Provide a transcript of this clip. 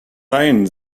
sein